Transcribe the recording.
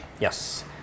Yes